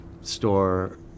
store